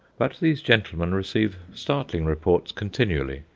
but these gentlemen receive startling reports continually,